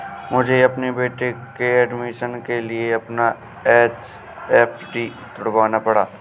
मुझे अपने बेटे के एडमिशन के लिए अपना एफ.डी तुड़वाना पड़ा